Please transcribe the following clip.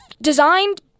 designed